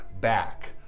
back